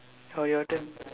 oh your turn